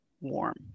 warm